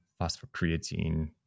phosphocreatine